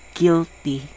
guilty